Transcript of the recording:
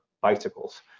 bicycles